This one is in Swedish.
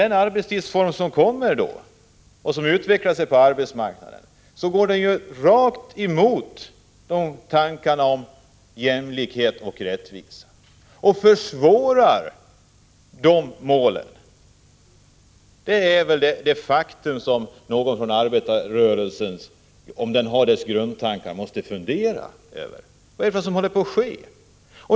De arbetstider som håller på att utvecklas går stick i stäv mot tankarna om jämlikhet och rättvisa. Sådana arbetstider försvårar för oss att uppnå de mål som arbetarrörelsen ställt upp, och detta är ett faktum som de som omfattar arbetarrörelsens grundtankar måste fundera över. Vad är det som håller på att ske?